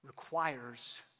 requires